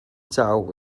cauk